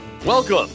Welcome